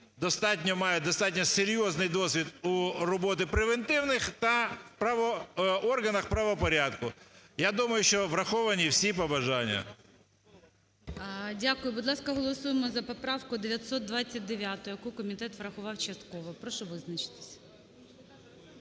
достатньо серйозний досвід роботи у превентивних та органах правопорядку. Я думаю, що враховані всі побажання. ГОЛОВУЮЧИЙ. Дякую. Будь ласка, голосуймо за поправку 929, яку комітет врахував частково. Прошу визначитися.